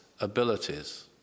abilities